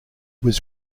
was